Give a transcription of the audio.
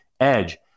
Edge